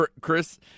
Chris